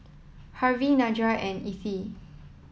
Harvy Nedra and Ethie